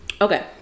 Okay